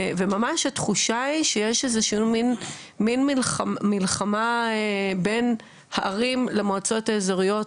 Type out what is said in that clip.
וממש התחושה היא שיש איזה מין מלחמה בין הערים למועצות האזוריות,